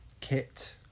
kit